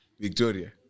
Victoria